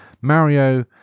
Mario